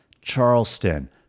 Charleston